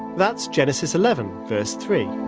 that's genesis eleven, verse three